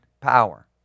power